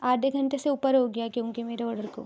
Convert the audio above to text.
آدھے گھنٹے سے اوپر ہو گیا کیونکہ میرے آڈر کو